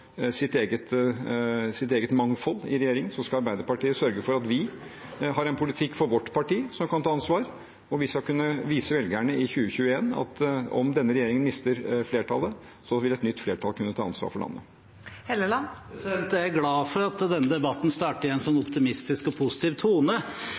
sitt eget mangfold i regjeringen, så skal Arbeiderpartiet sørge for at vi har en politikk for vårt parti, som kan ta ansvar. Vi skal kunne vise velgerne i 2021 at om denne regjeringen mister flertallet, vil et nytt flertall kunne ta ansvar for landet. Jeg er glad for at denne debatten starter i en sånn